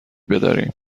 بداریم